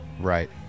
Right